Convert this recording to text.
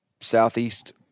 southeast